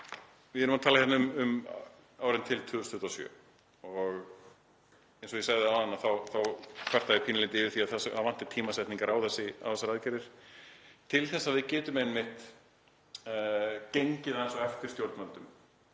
Við erum að tala hérna um árin til 2027 og eins og ég sagði áðan þá kvartaði ég pínulítið yfir því að það vantaði tímasetningar á þessar aðgerðir til þess að við gætum gengið aðeins á eftir stjórnvöldum.